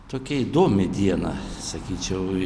tokia įdomi diena sakyčiau